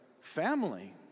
family